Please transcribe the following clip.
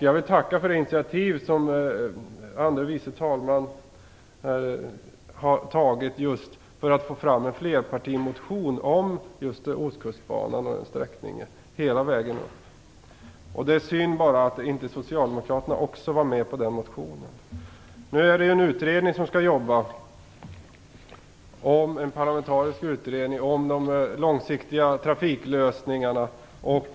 Jag vill tacka för det initiativ som andre vice talmannen har tagit för att få fram en flerpartimotion om Ostkustbanan och sträckningen hela vägen upp. Det är synd att inte socialdemokraterna också var med på den motionen. Nu finns det en parlamentarisk utredning om de långsiktiga trafiklösningarna.